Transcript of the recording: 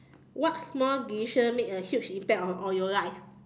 what small decision made a huge impact on on your life